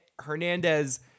Hernandez